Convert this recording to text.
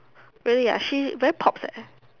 really ah she is very pops eh